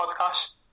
podcast